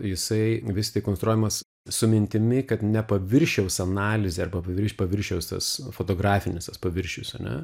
jisai vis tik konstruojamas su mintimi kad ne paviršiaus analizė arba virš paviršiaus tas fotografinis tas paviršius ane